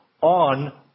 on